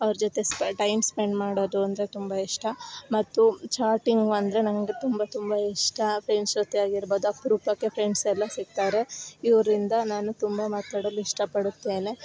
ಅವ್ರ ಜೊತೆ ಸ್ಪ ಟೈಮ್ ಸ್ಪೆಂಡ್ ಮಾಡೋದು ಅಂದರೆ ತುಂಬ ಇಷ್ಟ ಮತ್ತು ಚಾಟಿಂಗ್ ಅಂದರೆ ನಂಗೆ ತುಂಬ ತುಂಬ ಇಷ್ಟ ಫ್ರೆಂಡ್ಸ್ ಜೊತೆ ಆಗಿರ್ಬೋದು ಅಪರೂಪಕ್ಕೆ ಫ್ರೆಂಡ್ಸ್ ಎಲ್ಲ ಸಿಗ್ತಾರೆ ಇವ್ರಿಂದ ನಾನು ತುಂಬ ಮಾತಾಡಲು ಇಷ್ಟ ಪಡುತ್ತೇನೆ